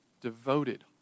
devoted